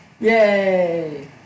Yay